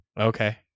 Okay